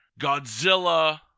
Godzilla